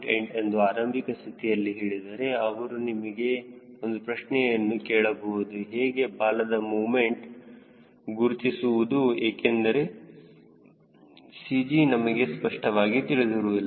8 ಎಂದು ಆರಂಭದ ಸ್ಥಿತಿಯಲ್ಲಿ ಹೇಳಿದರೆ ಅವರು ನಿಮಗೆ ಒಂದು ಪ್ರಶ್ನೆಯನ್ನು ಕೇಳಬಹುದು ಹೇಗೆ ಬಾಲ ಮೂಮೆಂಟ್ಗುರುತಿಸುವುದು ಏಕೆಂದರೆ CG ನಮಗೆ ಸ್ಪಷ್ಟವಾಗಿ ತಿಳಿದಿರುವುದಿಲ್ಲ